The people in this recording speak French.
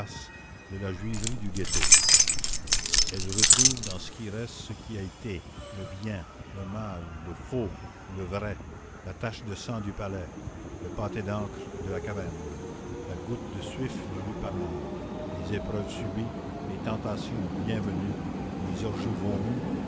de la juiverie du ghetto elle retrouve dans ce qui reste ce qui a été le bien le mal le faux le vrai la tache de sang du palais le pâté d'encre de la caverne la goutte de suif du lupanar les épreuves subies les tentations bien venues les orgies vomies